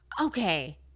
Okay